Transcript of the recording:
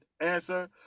answer